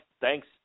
thanks